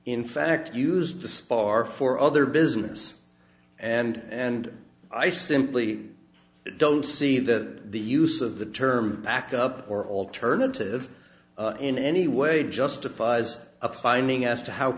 in fact used to spar for other business and i simply don't see that the use of the term back up or alternative in any way justifies a finding as to how